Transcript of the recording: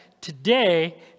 Today